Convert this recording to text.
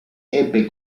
ebbe